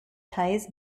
ties